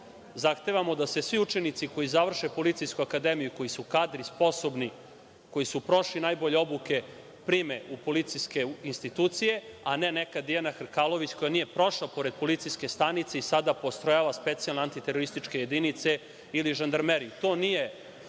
Zahtevamo da se svi učenici koji završe Policijsku akademiju, koji su kadri, sposobni, koji su prošli najbolju obuku prime u policijske institucije, a ne neka Dijana Hrkalović koja nije prošla pored policijske stanice i sada postrojava specijalne antiterorističke jedinice ili žandarmeriju.